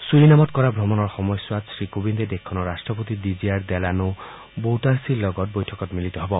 ছূৰীনামত কৰা ভ্ৰমণৰ সময়ছোৱাত শ্ৰীকোবিন্দে দেশখনৰ ৰাষ্ট্ৰপতি ডিজায়াৰ ডেলানো বৌটাৰ্চিৰ লগত বৈঠকত মিলিত হ'ব